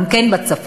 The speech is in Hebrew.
גם כן בצפון,